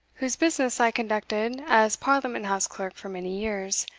whose business i conducted as parliament-house clerk for many years,